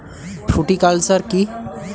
Fruticulture কী?